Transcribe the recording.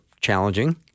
challenging